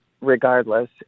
regardless